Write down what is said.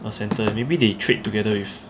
a centre maybe they trade together with